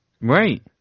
Right